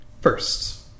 first